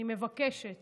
אני מבקשת